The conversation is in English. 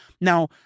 Now